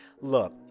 look